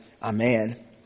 Amen